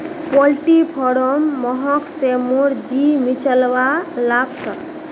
poultry farmer महक स मोर जी मिचलवा लाग छ